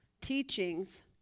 teachings